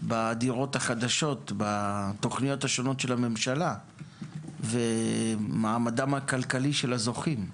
בדירות החדשות בתוכניות השונות של הממשלה ומעמדם הכלכלי של הזוכים.